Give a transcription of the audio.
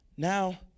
Now